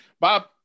bob